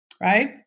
right